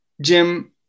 Jim